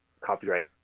copyright